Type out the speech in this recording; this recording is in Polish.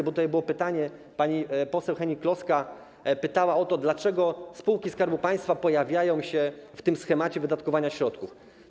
Padło tutaj pytanie, pani poseł Hennig-Kloska pytała o to, dlaczego spółki Skarbu Państwa pojawiają się w schemacie wydatkowania środków.